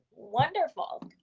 wonderful,